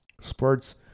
Sports